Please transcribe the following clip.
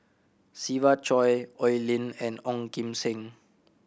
Siva Choy Oi Lin and Ong Kim Seng